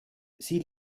sie